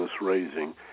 raising